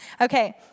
Okay